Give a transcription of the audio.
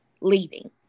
leaving